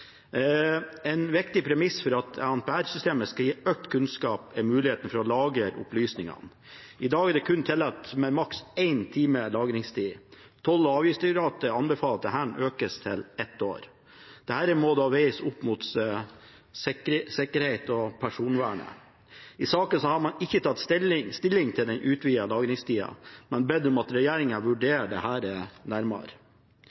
En viktig premiss for at ANPR-systemet skal gi økt kunnskap, er muligheten for å lagre opplysningene. I dag er det kun tillatt med maks én times lagringstid. Toll- og avgiftsdirektoratet anbefaler at dette økes til ett år. Dette må da veies opp mot sikkerhet og personvern. I saka har man ikke tatt stilling til den utvidede lagringstida, men bedt om at regjeringen vurderer dette nærmere.